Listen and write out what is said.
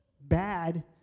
bad